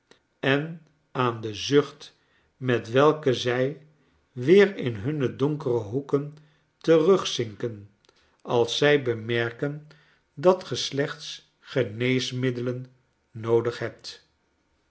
en aan den zucht met welken zij weer in hunne donkere hoeken terugzinken als zij bemerken dat ge slechts geneesmiddelen noodig hebt